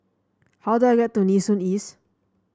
how do I get to Nee Soon East